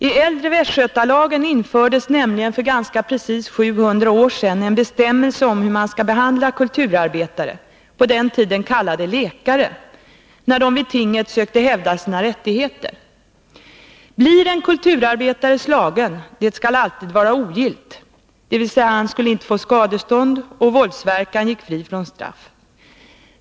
I Äldre Västgötalagen infördes nämligen för ganska precis sjuhundra år sedan en bestämmelse om hur man skulle behandla kulturarbetare — på den tiden kallade lekare — när de vi tinget sökte hävda sina rättigheter: ”Blir en kulturarbetare slagen — det skall alltid vara ogillt .